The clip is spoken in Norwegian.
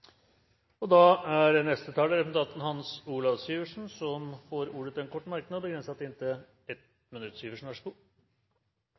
Representanten Hans Olav Syversen får ordet til en kort merknad, begrenset til